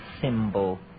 symbol